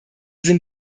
sinn